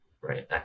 right